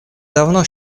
давно